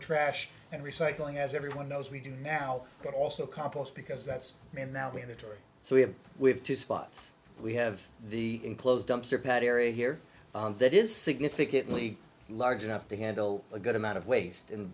trash and recycling as everyone knows we do now but also compost because that's me and now we have a tory so we have we have two spots we have the enclosed dumpster pet area here that is significantly large enough to handle a good amount of waste and